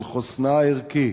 על חוסנה הערכי,